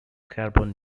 carbon